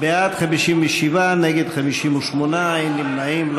בעד, 57, נגד, 58, אין נמנעים.